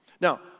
Now